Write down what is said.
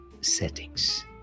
settings